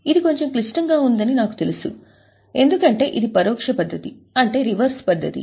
ఇది కొంచెం క్లిష్టంగా ఉందని నాకు తెలుసు ఎందుకంటే ఇది పరోక్ష పద్ధతి ఇది రివర్స్ పద్ధతి